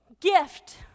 gift